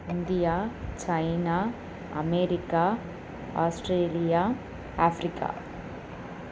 India China America Australia Africa